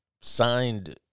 signed